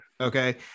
Okay